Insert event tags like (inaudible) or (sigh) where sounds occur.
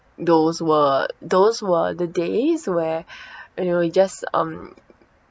those were those were the days where (breath) you know you just um